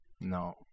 no